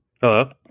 Hello